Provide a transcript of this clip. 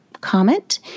comment